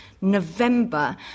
November